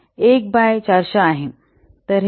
तर हे 0